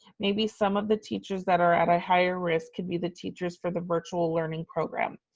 maybe some of the teachers that are at a higher risk could be the teachers for the virtual learning program.